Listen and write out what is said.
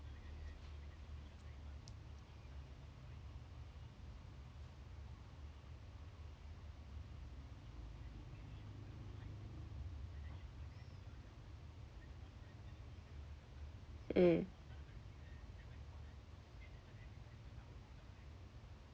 mm